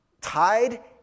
Tied